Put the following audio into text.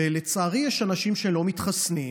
לצערי, יש אנשים שלא מתחסנים,